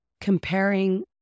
comparing